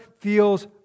feels